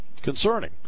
concerning